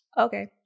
okay